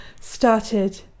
started